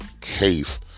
case